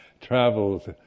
travels